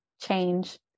change